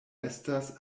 estas